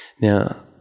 Now